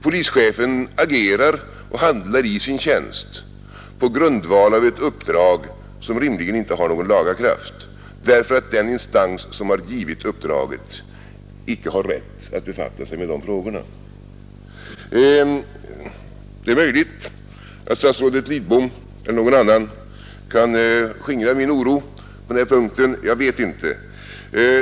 Polischefen agerar och handlar i sin tjänst på grundval av ett uppdrag som rimligen inte har någon laga kraft, därför att den instans som givit uppdraget icke har rätt att befatta sig med dessa frågor. Det är möjligt att statsrådet Lidbom eller någon annan kan skingra min oro på den punkten — jag vet inte.